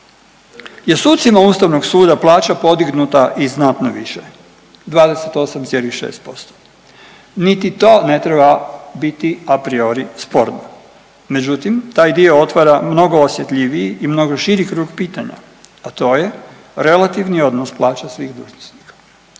je sucima Ustavnog suda plaća podignuta i znatno više 28,6%. Niti to ne treba biti apriori sporno. Međutim, taj dio otvara mnogo osjetljiviji i mnogo širi krug pitanja, a to je relativni odnos plaća svih dužnosnika.